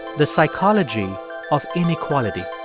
the psychology of inequality